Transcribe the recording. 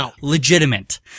legitimate